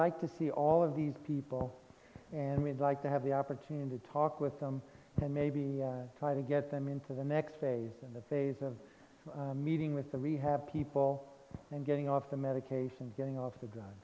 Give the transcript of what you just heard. like to see all of these people and we'd like to have the opportunity to talk with them and maybe try to get them into the next phase in the phase of meeting with the rehab people and getting off the medication getting off the